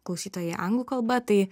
klausytojai anglų kalba tai